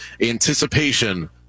anticipation